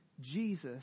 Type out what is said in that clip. Jesus